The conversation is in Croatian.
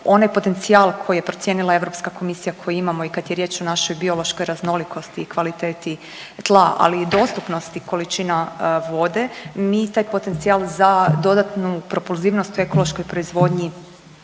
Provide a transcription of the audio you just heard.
onaj potencijal koji je procijenila Europska komisija koji imamo i kad je riječ o našoj biološkoj raznolikosti i kvaliteti tla, ali i dostupnosti količina vode, mi taj potencijal za dodatnu propulzivnost ekološkoj proizvodnji